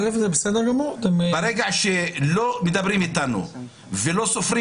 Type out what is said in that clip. א' זה בסדר גמור --- ברגע שלא מדברים איתנו ולא סופרים